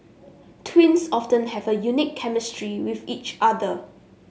twins often have a unique chemistry with each other